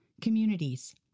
communities